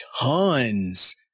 tons